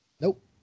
Nope